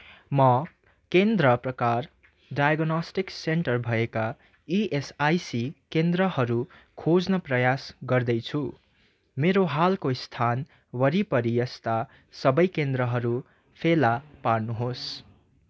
म केन्द्र प्रकार डायग्नोस्टिक सेन्टर भएका इएसआइसी केन्द्रहरू खोज्ने प्रयास गर्दैछु मेरो हालको स्थान वरिपरि त्यस्ता सबै केन्द्रहरू फेला पार्नुहोस्